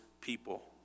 people